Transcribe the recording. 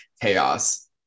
chaos